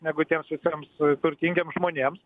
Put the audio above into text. negu tiems visiems turtingiems žmonėms